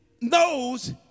knows